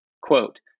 quote